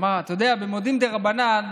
יודע שבמודים דרבנן,